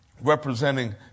representing